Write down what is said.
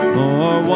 more